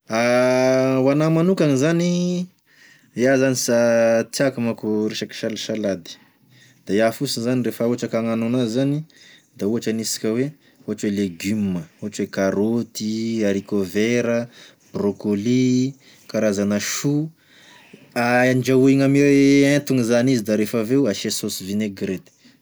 Ho anahy manokagny zany, ià zany sa tiàko manko resaky salisalady, da ià fosiny zany refa ohatry ka agnano anazy zany, da ohatry aniasika oe ohatry oe legioma ohatry oe: karôty, harikô vèra, brokôly, karazana chou, andrahogny ame entogna zany izy da refa aveo asia sôsy vinegrety.